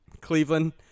Cleveland